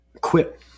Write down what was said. quit